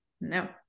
no